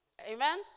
Amen